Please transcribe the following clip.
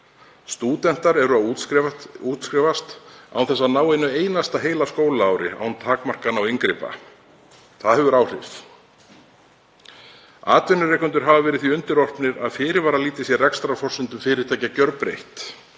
Stúdentar eru að útskrifast án þess að hafa náð einu einasta heila skólaári án takmarkana og inngripa. Það hefur áhrif. Atvinnurekendur hafa verið því undirorpnir að fyrirvaralítið sé rekstrarforsendum fyrirtækja gjörbreytt.